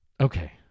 okay